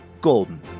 golden